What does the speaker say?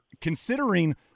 considering